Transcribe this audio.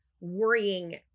worrying